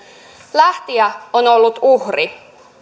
lähtijä on ollut uhri